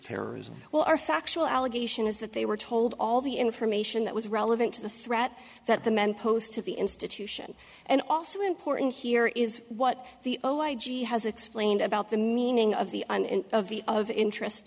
terrorism well our factual allegation is that they were told all the information that was relevant to the threat that the men posed to the institution and also important here is what the o i g has explained about the meaning of the of the of interest